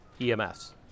EMS